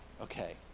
Okay